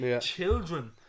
children